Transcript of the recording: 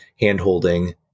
hand-holding